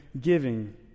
giving